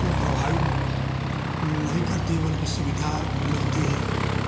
प्रभावित नहीं करती बल्कि सुविधा मिलती है